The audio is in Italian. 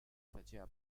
faceva